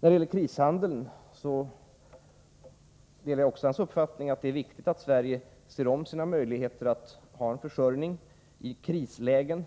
När det gäller krishandeln delar jag också Olof Johanssons uppfattning att det är viktigt att Sverige ser om sina möjligheter att ha en försörjning i krislägen.